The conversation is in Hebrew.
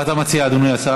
מה אתה מציע, אדוני השר?